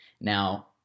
now